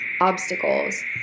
obstacles